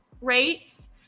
rates